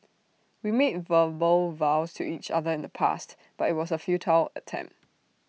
we made verbal vows to each other in the past but IT was A futile attempt